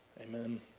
Amen